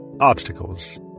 Obstacles